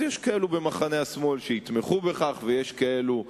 אז יש כאלה במחנה השמאל שיתמכו בכך ויש כאלה שלא.